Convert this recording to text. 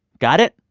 got it?